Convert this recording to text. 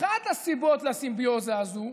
אחת הסיבות לסימביוזה הזאת,